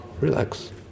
relax